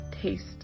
taste